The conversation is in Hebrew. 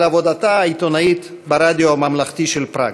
עבודתה העיתונאית ברדיו הממלכתי של פראג.